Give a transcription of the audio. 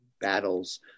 battles